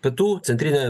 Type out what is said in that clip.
pietų centrinė